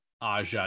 Aja